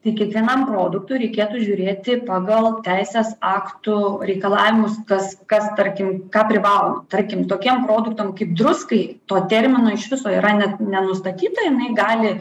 tai kiekvienam produktui reikėtų žiūrėti pagal teisės aktų reikalavimus kas kas tarkim ką privalo tarkim tokiem produktam kaip druskai to termino iš viso yra net nenustatyta jinai gali